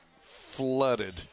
flooded